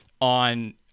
On